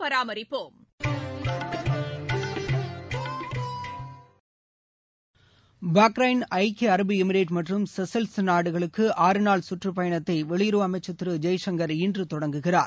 Bahrain ஐக்கிய அரபு Emirate மற்றும் செஸல்ஸ் நாடுகளுக்கு ஆறு நாள் சுற்றுப்பயணத்தை வெளியுறவு அமைச்சர் திரு ஜெய்சங்கர் இன்று தொடங்குகிறார்